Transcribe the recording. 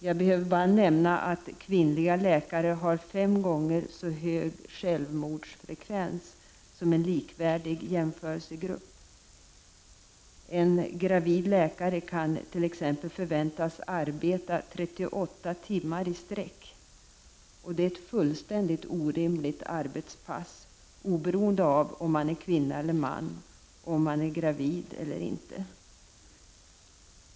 Jag behöver bara nämna att för kvinnliga läkare är självmordsfrekvensen fem gånger större än för en likvärdig jämförelsegrupp. En gravid läkare kan t.ex. förväntas arbeta 38 timmar i sträck. Det är ett fullständigt orimligt arbetspass, oberoende av om man är man eller kvinna, om man är gravid eller inte.